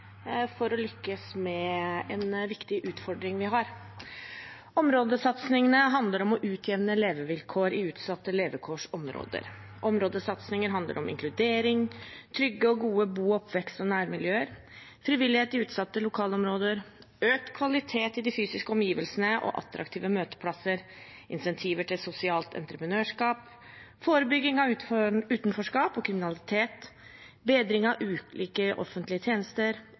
å utjevne levevilkår i utsatte levekårsområder. Områdesatsinger handler om inkludering, trygge og gode bo-, oppvekst- og nærmiljøer, frivillighet i utsatte lokalområder, økt kvalitet i de fysiske omgivelsene og attraktive møteplasser, insentiver til sosialt entreprenørskap, forebygging av utenforskap og kriminalitet, bedring av ulike offentlige tjenester,